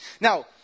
Now